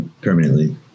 permanently